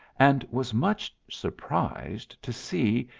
and was much surprised to see,